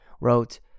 wrote